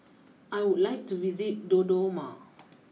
I would like to visit Dodoma